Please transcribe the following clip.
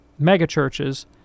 megachurches